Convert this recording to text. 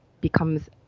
becomes